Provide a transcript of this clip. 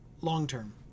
long-term